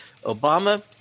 Obama –